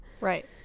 Right